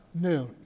noon